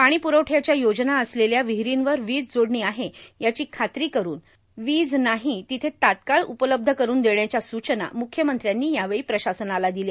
पाणी प्रवठ्याच्या योजना असलेल्या विहीरींवर वीज जोडणी आहे याची खात्री करून जेथे वीज नाही तेथे तत्काळ वीज उपलब्ध करून देण्याच्या सूचना मेख्यामंत्र्यांनी यावेळी प्रशासनास दिल्या